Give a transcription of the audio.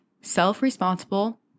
self-responsible